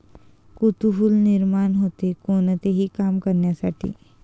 कुतूहल निर्माण होते, कोणतेही काम करण्यासाठी